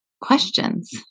questions